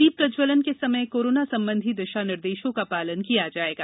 दीप प्रजवलन के समय कोरोना संबंधित दिशा निर्देशों का पालन किया जाएगा